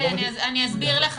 גיא, אני אסביר לך.